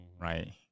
right